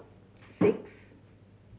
six